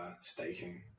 staking